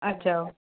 अच्छा